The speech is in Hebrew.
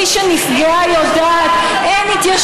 מי שנפגעה יודעת, אין התיישנות.